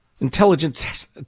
intelligence